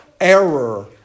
error